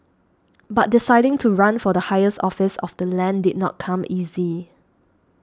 but deciding to run for the highest office of the land did not come easy